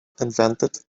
invented